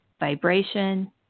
vibration